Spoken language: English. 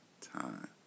time